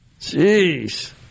jeez